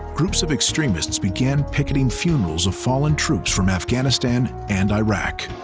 groups of extremists began picketing funerals of fallen troops from afghanistan and iraq.